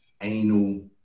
anal